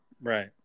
Right